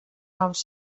noms